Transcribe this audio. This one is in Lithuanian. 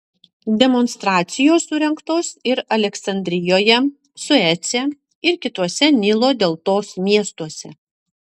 demonstracijos surengtos ir aleksandrijoje suece ir kituose nilo deltos miestuose